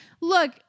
look